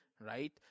Right